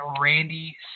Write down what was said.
Randy